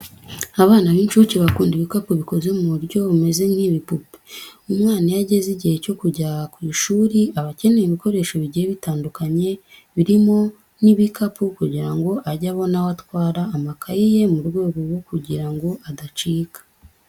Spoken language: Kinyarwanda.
Abana b'inshuke bakunda ibikapu bikoze mu buryo bumeze nk'ibipupe. Umwana iyo ageze igihe cyo kujya ku ishuri aba akeneye ibikoresho bigiye bitandukanye, birimo n'ibikapu kugira ngo ajye abona aho atwara amakayi ye mu rwego rwo kugira ngo adacika.